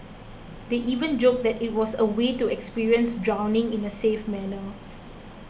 they even joked that it was a way to experience drowning in a safe manner